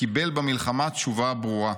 קיבל במלחמה תשובה ברורה.